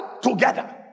together